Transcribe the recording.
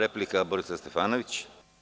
Replika, Borislav Stefanović.